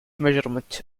measurement